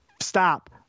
stop